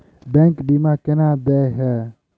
Bank बीमा केना देय है?